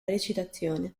recitazione